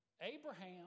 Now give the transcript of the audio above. Abraham